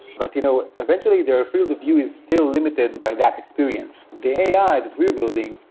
but you know eventually their ah field of view is still limited by that experience. the ai that we're building,